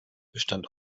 bestand